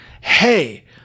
Hey